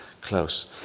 close